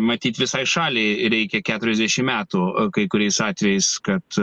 matyt visai šaliai reikia keturiasdešimt metų kai kuriais atvejais kad